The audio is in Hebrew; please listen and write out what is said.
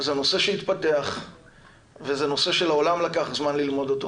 זה נושא שהתפתח וזה נושא שלעולם לקח זמן ללמוד אותו